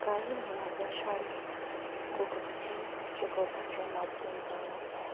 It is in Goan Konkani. कांय मुळांव्या शाळेंत कोंकणीचे शिकोवपाचे माध्यम जावन आसा